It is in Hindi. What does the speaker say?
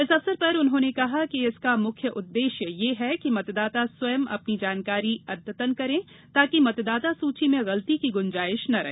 इस अवसर पर उन्होंने कहा कि इसका मुख्य उददेश्य यह है कि मतदाता स्वयं अपनी जानकारी अददतन करे ताकि मतदाता सूची में गलती की गुंजाइश न रहे